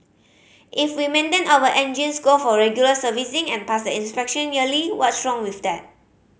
if we maintain our engines go for regular servicing and pass the inspection yearly what's wrong with that